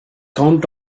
count